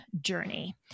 journey